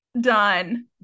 Done